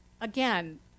Again